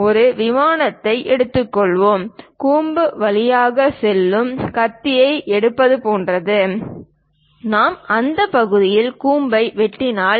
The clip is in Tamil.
ஒரு விமானத்தை எடுத்துக்கொள்வோம் கூம்பு வழியாக செல்லும் கத்தியை எடுப்பது போன்றது நாம் அந்த பகுதியில் கூம்பை வெட்டலாம்